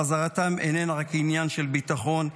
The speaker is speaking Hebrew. חזרתם איננה רק עניין של ביטחון,